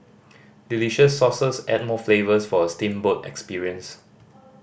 delicious sauces add more flavours for a steamboat experience